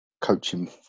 coaching